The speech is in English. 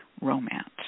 romance